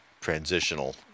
transitional